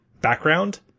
background